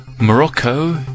Morocco